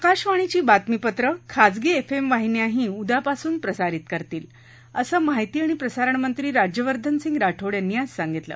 आकाशवाणीची बातमीपत्रं खाजगी एफ एम वाहिन्याही उद्यापासून प्रसारित करतील असं माहिती आणि प्रसारणमंत्री राज्यवर्धन राठोड यांनी आज सांगितलं